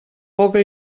poca